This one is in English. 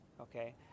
okay